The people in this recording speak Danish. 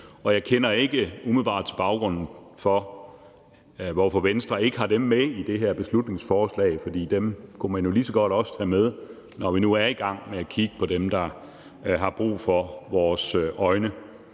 Jeg kender ikke umiddelbart til baggrunden for, at Venstre ikke har dem med i det her beslutningsforslag, for dem kunne man jo lige så godt også tage med, når vi nu er i gang med at kigge på dem, der har brug for vores